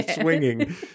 swinging